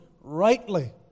rightly